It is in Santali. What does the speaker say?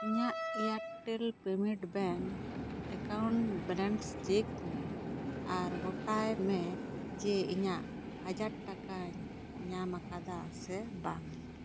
ᱤᱧᱟ ᱜ Airtel payment bank account balance check ᱢᱮ ᱟᱨ ᱜᱚᱴᱟᱭ ᱢᱮ ᱡᱮ ᱤᱧᱟᱹᱜ ᱦᱟᱡᱟᱨ ᱴᱟᱠᱟᱧ ᱧᱟᱸᱢᱟᱠᱟᱫᱟ ᱥᱮ ᱵᱟᱝ